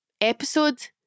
episode